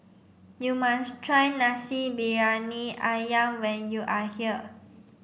you must try Nasi Briyani Ayam when you are here